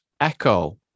Echo